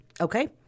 okay